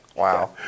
Wow